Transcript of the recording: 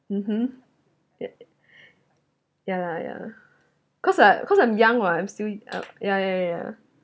mmhmm ya lah ya cause I cause I'm young what I'm still ya ya ya